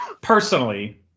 personally